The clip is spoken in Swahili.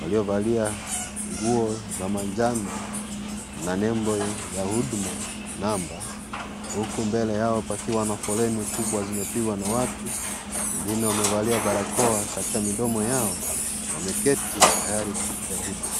waliovalia, nguo za manjano na nembo ya huduma namba. Huko mbele yao pakiwa na foleni kubwa zimepiwa na watu, wengine wamevalia balakoa katika midomo yao. Wameketi tayari kupokea huduma.